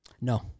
No